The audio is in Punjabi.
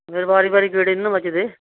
ਫਿਰ ਵਾਰ ਵਾਰ ਗੇੜੇ ਨਹੀਂ ਨਾ ਵੱਜਦੇ